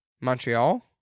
Montreal